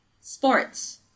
Sports